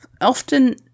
often